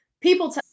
people